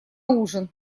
ужин